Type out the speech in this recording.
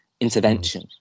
intervention